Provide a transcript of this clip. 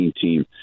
team